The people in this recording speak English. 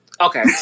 Okay